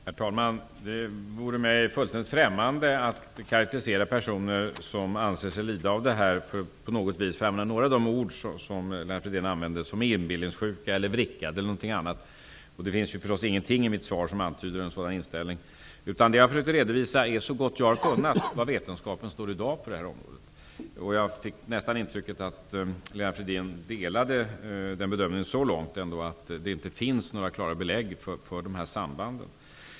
Herr talman! Det vore mig fullständigt främmande att karakterisera personer som anser sig lida av elallergi som inbillningssjuka eller vrickade, för att använda några av de ord som Lennart Fridén använde. Det finns ingenting i mitt svar som antyder en sådan inställning. Jag har så gott jag har kunnat försökt redovisa var vetenskapen står på detta område i dag. Jag fick intrycket att Lennart Fridén delar bedömningen att det inte finns några klara belägg för dessa samband.